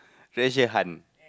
treasure hunt